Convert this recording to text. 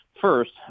first